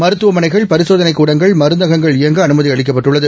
மருத்துவமனைகள் பரிசோதனைக் கூடங்கள் மருந்தகங்கள் இயங்க அனுமதி அளிக்கப்பட்டுள்ளது